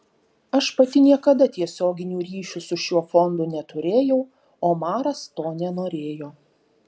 aš pati niekada tiesioginių ryšių su šiuo fondu neturėjau omaras to nenorėjo